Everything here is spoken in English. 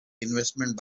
investment